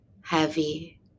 heavy